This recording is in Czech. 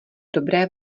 dobré